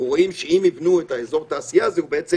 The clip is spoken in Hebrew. רואים שאם יבנו את אזור התעשייה הזה הוא בעצם